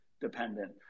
dependent